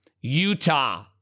Utah